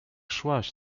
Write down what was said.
szłaś